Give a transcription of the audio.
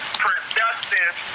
productive